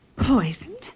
Poisoned